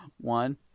One